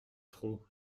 trop